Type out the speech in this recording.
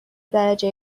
درجه